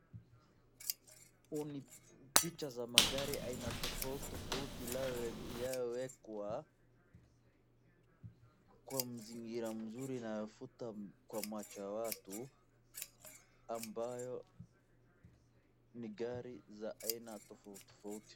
Huu ni picha za magari aina tofautitofauti iliyowekwa kwa mazingira mazura yanayovutia kwa macho ya watu, ambayo ni gari za aina tofautitofauti.